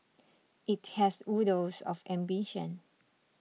it has oodles of ambition